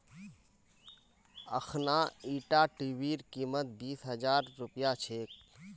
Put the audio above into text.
अखना ईटा टीवीर कीमत बीस हजार रुपया छेक